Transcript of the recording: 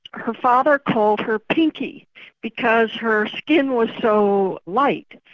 her father called her pinky because her skin was so light,